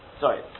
Sorry